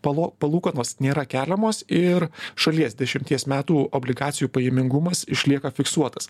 palo palūkanos nėra keliamos ir šalies dešimties metų obligacijų pajamingumas išlieka fiksuotas